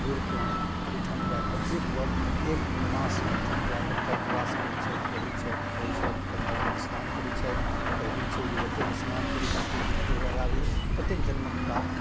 बूढ़ पुरान ओहिठाम जाकऽ एक वर एक मास ओहिठाम जाकऽ कल्पवास करै छथि रहै छथि खाइ छथि गङ्गाजीमे अस्नान करै छथि कहबी छै जे जतेक अस्नान करी जतेक डुबकी लगाबी ततेक जन्मके पाप